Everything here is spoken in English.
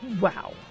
wow